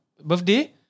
birthday